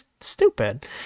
stupid